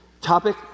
topic